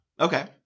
Okay